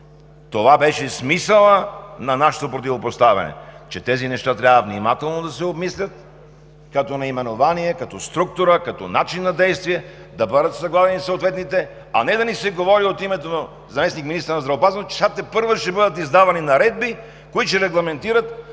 Това беше смисълът на нашето противопоставяне, че тези неща трябва внимателно да се обмислят като наименование, като структура, като начин на действие, да бъдат събрани съответните, а не да ни се говори от името на заместник-министъра на здравеопазването, че сега тепърва ще бъдат издавани наредби, които ще регламентират